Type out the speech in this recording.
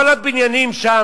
כל הבניינים שם,